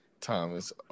Thomas